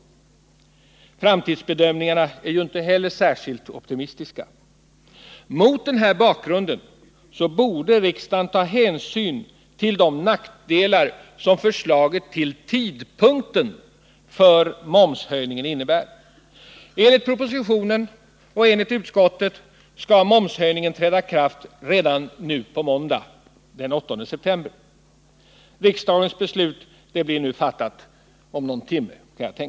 Framtidsbedömningarna är ju inte heller särskilt optimistiska. Mot denna bakgrund borde riksdagen ta hänsyn till de nackdelar som förslaget om tidpunkt för momshöjningen innebär. Enligt propositionen och utskottet skall momshöjningen träda i kraft redan nu på måndag den 8 september. Man kan tänka sig att riksdagens beslut fattas om någon timme.